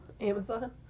Amazon